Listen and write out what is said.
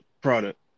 product